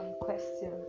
question